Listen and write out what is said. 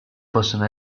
possono